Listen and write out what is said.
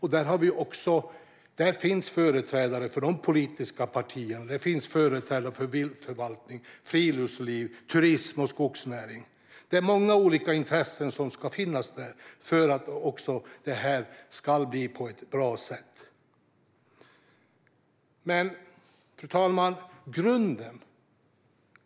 Här finns företrädare för de politiska partierna och för viltförvaltning, friluftsliv, turism och skogsnäring. Det är många olika intressen som ska finnas med för att detta ska bli bra. Fru talman!